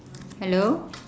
hello